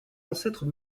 ancêtres